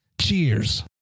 Cheers